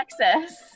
Texas